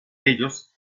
ellos